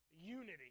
unity